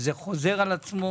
זה חוזר על עצמו